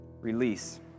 release